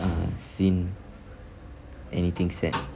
uh seen anything sad